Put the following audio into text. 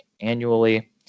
annually